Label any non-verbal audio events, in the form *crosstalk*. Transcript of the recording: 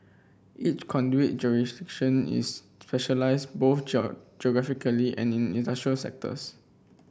each conduit *unintelligible* is specialised both *unintelligible* geographically and in industrial sectors